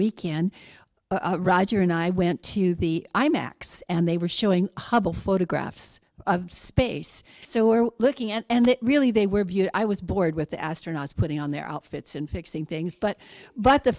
weekend roger and i went to the imax and they were showing hubble photographs of space so we're looking at and really they were viewed i was bored with the astronauts putting on their outfits and fixing things but but the